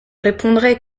répondrai